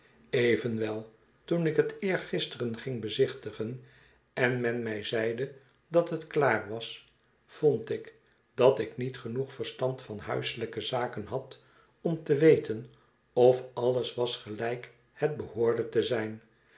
evenwel toen ik het eergisteren ging bezichtigen en men mij zeide dat het klaar was vond ik dat ik niet genoeg verstand van huiselijke zaken had om te weten of alles was gelijk het behoorde te zijn